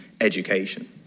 education